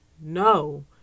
no